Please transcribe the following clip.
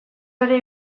lore